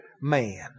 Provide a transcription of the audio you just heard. man